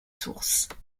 sources